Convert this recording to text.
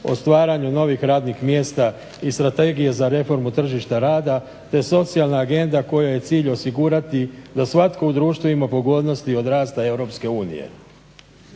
o stvaranju novih radnih mjesta i strategije za reformu tržišta rada te socijalna agenda kojoj je cilj osigurati da svatko u društvu ima pogodnosti od rasta